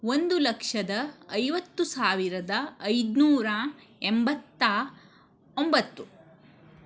ಒಂದು ಲಕ್ಷದ ಐವತ್ತು ಸಾವಿರದ ಐದುನೂರ ಎಂಬತ್ತ ಒಂಬತ್ತು